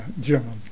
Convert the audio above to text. German